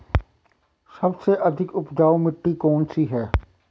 सबसे अधिक उपजाऊ मिट्टी कौन सी है?